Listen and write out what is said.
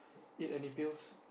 eat any pills